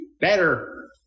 better